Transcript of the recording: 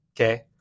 okay